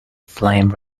flame